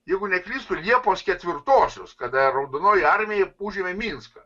jeigu neklystu liepos ketvirtosios kada raudonoji armija užėmė minską